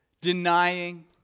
denying